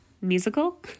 musical